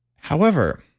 however,